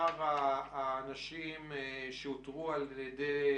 ושאלת מספר האנשים שאובחנו כחולים.